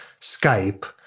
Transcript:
Skype